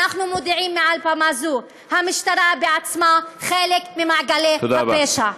אנחנו מודיעים מעל במה זו: המשטרה עצמה היא חלק ממעגלי הפשע.